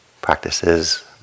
practices